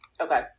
Okay